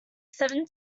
seven